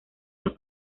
los